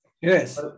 Yes